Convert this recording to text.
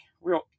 real